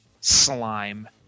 slime